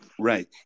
right